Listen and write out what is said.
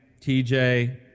TJ